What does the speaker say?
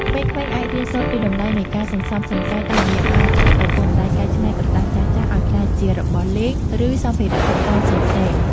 ក្មេងៗអាចរៀនសូត្រពីតម្លៃនៃការសន្សំសំចៃតាមរយៈការជួយឪពុកម្ដាយកែច្នៃក្រដាសចាស់ៗឱ្យក្លាយជារបស់លេង ឬ សម្ភារៈតុបតែងផ្សេងៗ។